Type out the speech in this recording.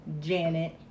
Janet